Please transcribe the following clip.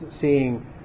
seeing